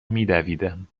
میدویدم